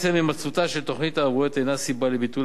עצם הימצאותה של תוכנית הערבויות אינה סיבה לביטול